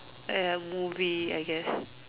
ya movie I guess